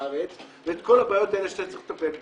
בארץ ואת כל הבעיות האלה שצריך לטפל בהן.